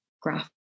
graph